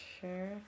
sure